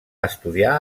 estudiar